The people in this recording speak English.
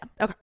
okay